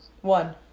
One